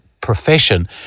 profession